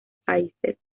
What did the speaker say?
países